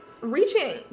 reaching